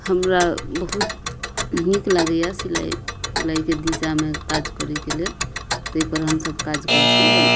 हमरा बहुत नीक लागैया सिलाइ उलाइके दिशामे काज करैके लेल ताहि पर हमसब काज करै छी